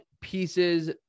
pieces